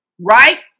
right